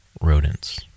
rodents